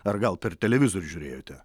ar gal per televizorių žiūrėjote